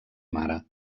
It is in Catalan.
mare